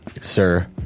sir